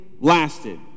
lasted